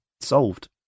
solved